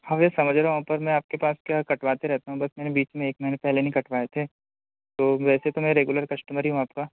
हाँ मैं समझ रहा हूँ पर मैं आपके क्या कटवाते रेहता हूँ बस मैंने बीच में एक महीने पेहले नहीं कटवाए थे तो वैसे तो मैं रेगुलर कस्टमर ही हूँ आपका